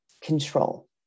control